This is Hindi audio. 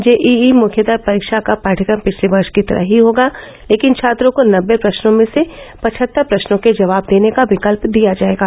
जेईई मुख्य परीक्षा का पाठ्यक्रम पिछले वर्ष की तरह ही होगा लेकिन छात्रों को नबे प्रश्नों में से पचहत्तर प्रश्नों के जवाब देने का विकल्प दिया जाएगा